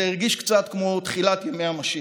זה הרגיש קצת כמו תחילת ימי המשיח.